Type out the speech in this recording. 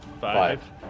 Five